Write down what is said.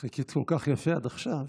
חיכית כל כך יפה עד עכשיו.